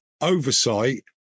oversight